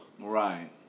Right